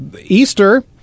Easter